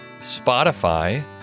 Spotify